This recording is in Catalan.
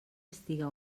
estiga